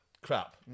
crap